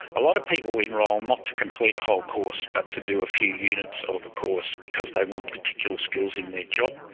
a lot of people enrol not to complete a whole course, but to do a few units so of a course, because they want particular skills in their job.